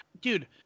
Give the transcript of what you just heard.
dude